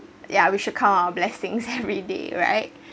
ya we should count our blessings everyday right